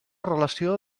relació